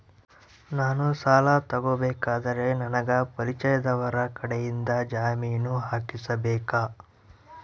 ನಾನು ಸಾಲ ತಗೋಬೇಕಾದರೆ ನನಗ ಪರಿಚಯದವರ ಕಡೆಯಿಂದ ಜಾಮೇನು ಹಾಕಿಸಬೇಕಾ?